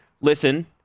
listen